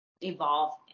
evolve